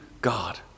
God